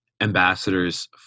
ambassadors